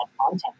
content